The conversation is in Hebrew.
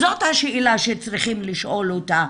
זאת השאלה שצריכים לשאול אותה.